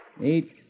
Eight